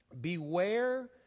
Beware